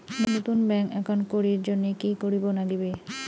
নতুন bank account করির জন্যে কি করিব নাগিবে?